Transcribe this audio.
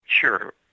Sure